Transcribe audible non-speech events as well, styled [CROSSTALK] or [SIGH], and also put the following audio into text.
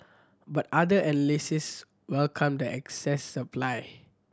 but other [UNINTELLIGIBLE] welcomed excess supply